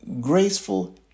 graceful